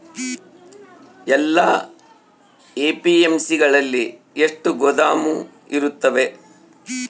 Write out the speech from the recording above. ಎಲ್ಲಾ ಎ.ಪಿ.ಎಮ್.ಸಿ ಗಳಲ್ಲಿ ಎಷ್ಟು ಗೋದಾಮು ಇರುತ್ತವೆ?